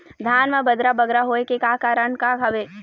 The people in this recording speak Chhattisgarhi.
धान म बदरा बगरा होय के का कारण का हवए?